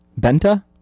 Benta